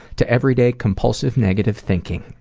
to everyday compulsive negative thinking.